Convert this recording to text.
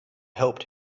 helped